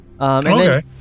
Okay